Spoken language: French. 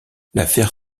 l’affaire